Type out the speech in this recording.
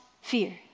fear